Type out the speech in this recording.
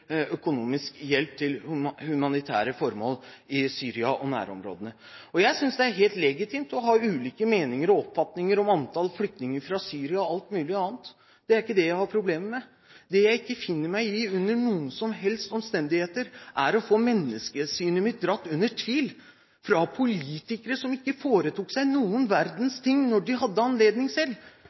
økonomisk hjelp til humanitære formål i Syria og nærområdene. Jeg synes det er helt legitimt å ha ulike meninger og oppfatninger om antall flyktninger fra Syria og alt mulig annet – det er ikke det jeg har problemer med. Det jeg ikke finner meg i, under noen som helst omstendigheter, er å få menneskesynet mitt trukket i tvil av politikere som ikke foretok seg noen verdens ting da de hadde anledning selv.